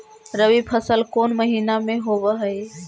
रबी फसल कोन महिना में होब हई?